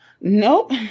Nope